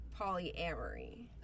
polyamory